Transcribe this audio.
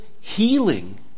healing